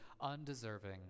undeserving